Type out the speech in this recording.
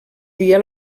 dia